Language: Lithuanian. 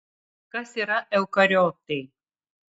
kas yra eukariotai